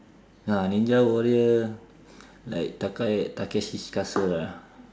ah ninja warrior like takae~ takeshi's-castle ah